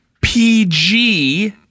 PG